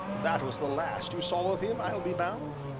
that was the last you saw of him, i'll be bound.